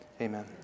Amen